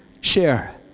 share